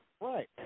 Right